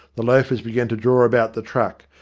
the loafers began to draw about the truck,